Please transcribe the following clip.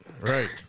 right